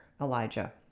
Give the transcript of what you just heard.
elijah